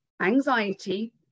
anxiety